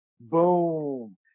boom